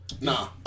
Nah